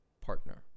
partner